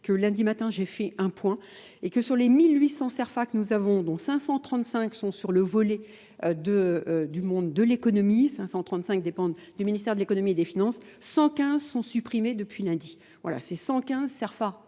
que lundi matin j'ai fait un point et que sur les 1800 SERFAs que nous avons dont 535 sont sur le volet du monde de l'économie, 535 dépendent du ministère de l'économie et des finances, 115 sont supprimés depuis lundi. Voilà, c'est 115 SERFAs